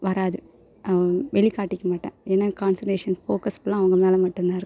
வராது வெளிக்காட்டிக்க மாட்டேன் ஏன்னால் காண்சன்ட்ரேஷன் ஃபோகஸ் ஃபுல்லாக அவங்க மேல் மட்டும் தான் இருக்கும்